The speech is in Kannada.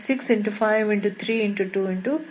3